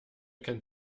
kennt